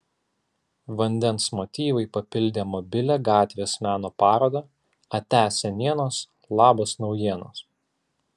vandens motyvai papildė mobilią gatvės meno parodą atia senienos labas naujienos